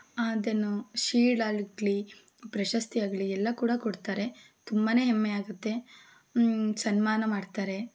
then ಶೀಲ್ಡಾಗಲಿ ಪ್ರಶಸ್ತಿಯಾಗಲಿ ಎಲ್ಲ ಕೂಡ ಕೊಡ್ತಾರೆ ತುಂಬ ಹೆಮ್ಮೆ ಆಗುತ್ತೆ ಸನ್ಮಾನ ಮಾಡ್ತಾರೆ